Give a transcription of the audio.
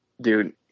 dude